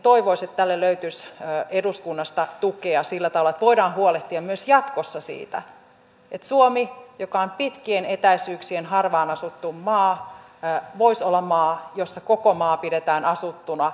toivoisi että tälle löytyisi eduskunnasta tukea sillä tavalla että voidaan huolehtia myös jatkossa siitä että suomi joka on pitkien etäisyyksien harvaan asuttu maa voisi olla maa jossa koko maa pidetään asuttuna